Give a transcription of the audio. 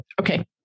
Okay